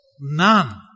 none